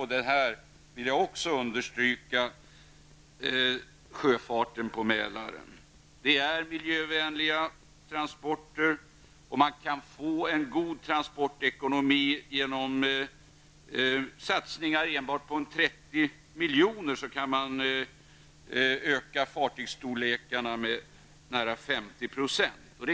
Men jag vill också understryka vikten av sjöfarten på Mälaren, som ju innebär miljövänliga transporter. Man kan få en god transportekonomi där. Genom en satsning enbart på 30 miljoner kan man öka fartygsstorlekarna med nära 50